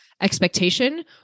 expectation